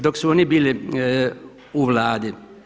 Dok su oni bili u Vladi.